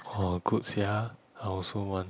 !wah! good sia I also want